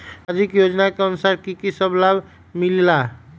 समाजिक योजनानुसार कि कि सब लाब मिलीला?